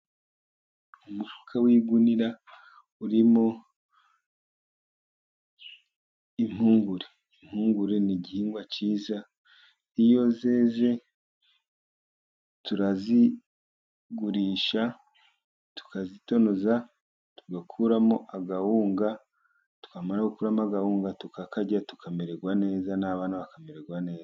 Umufuka w' igunira urimo impungure. Impungure ni gihingwa cyiza iyo zeze turazigurisha tukazitonoza, tugakuramo akawunga. Twamara gukuramo akawunga tukakarya tukamererwa neza n' abana bakamererwa neza.